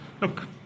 look